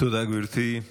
תודה, גברתי.